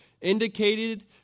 indicated